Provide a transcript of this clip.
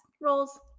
Rolls